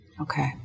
Okay